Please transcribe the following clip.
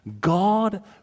God